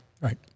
Right